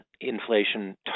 inflation